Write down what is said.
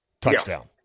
touchdown